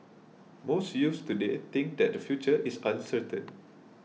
most youths today think that their future is uncertain